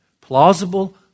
Plausible